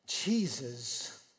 Jesus